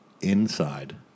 inside